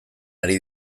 ari